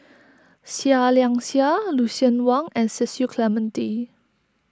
Seah Liang Seah Lucien Wang and Cecil Clementi